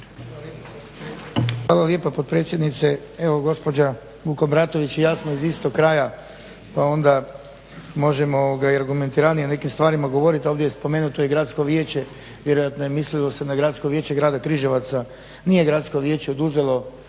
Hvala lijepa potpredsjednice. Evo gospođa Vukobratović i ja smo iz istog kraja pa onda možemo i argumentiranije o nekim stvarima govorit. Ovdje je spomenuto i gradsko vijeće, vjerojatno se mislilo na Gradsko vijeće Grada Križevaca. Nije gradsko vijeće oduzelo